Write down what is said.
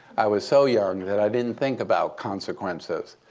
i was so young that i didn't think about consequences.